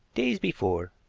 days before,